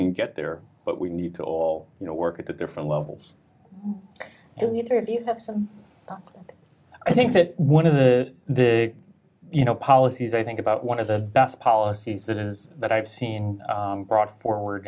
can get there but we need to all you know work at the different levels and i think that one of the the you know policies i think about one of the best policies that is that i've seen brought forward